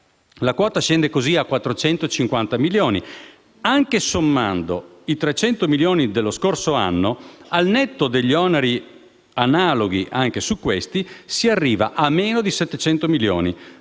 La quota scende così a 450 milioni di euro. Anche sommando i 300 milioni dell'anno scorso, al netto degli oneri analoghi anche su questi, si arriva a meno di 700 milioni.